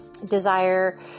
desire